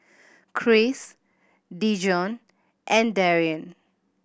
Chris Dijon and Daryn